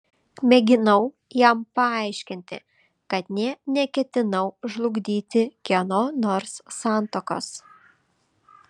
mėginau jam paaiškinti kad nė neketinau žlugdyti kieno nors santuokos